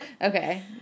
Okay